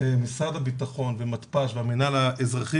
משרד הביטחון ומתפ"ש והמנהל האזרחי,